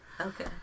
Okay